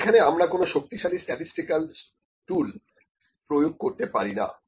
কিন্তু এখানে আমরা কোন শক্তিশালী স্ট্যাটিস্টিকাল টুল প্রয়োগ করতে পারি না